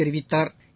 தெரிவித்தாா்